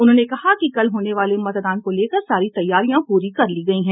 उन्होंने कहा कि कल होने वाले मतदान को लेकर सारी तैयारियां पूरी कर ली गयी हैं